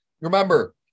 remember